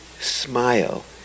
smile